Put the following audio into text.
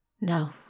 No